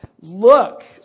look